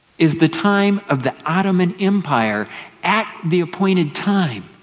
is the time of the ottoman empire at the appointed time.